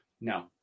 no